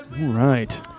right